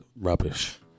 rubbish